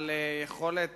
על יכולת